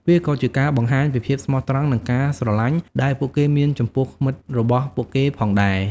វាក៏ជាការបង្ហាញពីភាពស្មោះត្រង់និងការស្រលាញ់ដែលពួកគេមានចំពោះមិត្តរបស់ពួកគេផងដែរ។